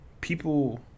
people